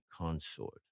consort